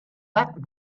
that